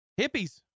hippies